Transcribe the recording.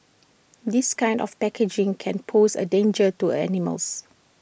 this kind of packaging can pose A danger to animals